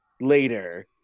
later